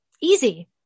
easy